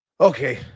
okay